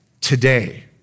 today